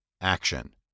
Action